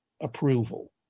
approval